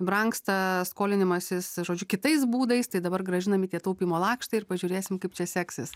brangsta skolinimasis žodžiu kitais būdais tai dabar grąžinami tie taupymo lakštai ir pažiūrėsim kaip čia seksis